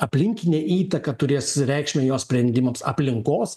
aplinkiniai įtaką turės reikšmę jo sprendimams aplinkos